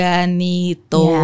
Ganito